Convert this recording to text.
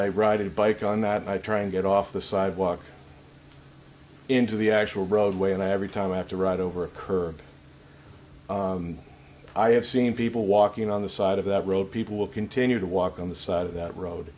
i ride a bike on that i try and get off the sidewalk into the actual roadway and every time i have to ride over a cur i have seen people walking on the side of that road people will continue to walk on the side of that road